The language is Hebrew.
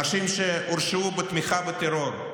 אנשים שהורשעו בתמיכה בטרור,